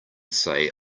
say